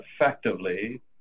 effectively